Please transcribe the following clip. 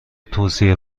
توصیه